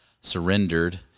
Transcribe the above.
surrendered